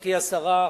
גברתי השרה,